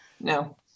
No